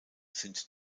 sind